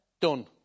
Done